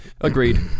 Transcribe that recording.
Agreed